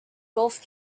golf